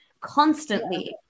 Constantly